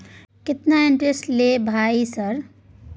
केतना इंटेरेस्ट ले भाई सर?